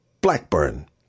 Blackburn